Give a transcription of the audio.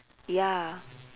ya